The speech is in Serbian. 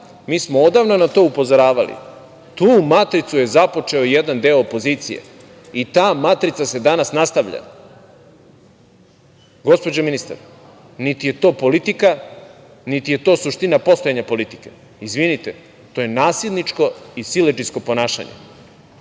mi smo odavno na to upozoravali, tu matricu je započeo jedan deo opozicije i ta matrica se danas nastavlja. Gospođo ministarka, niti je to politike, niti je to suština postojanja politike. Izvinite, to je nasilničko i siledžijsko ponašanje